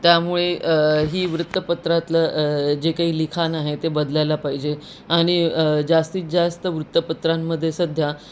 त्यामुळे ही वृत्तपत्रातलं जे काही लिखाण आहे ते बदलायला पाहिजे आणि जास्तीत जाास्त वृत्तपत्रांमध्ये सध्या